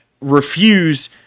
refuse